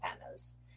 panels